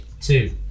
two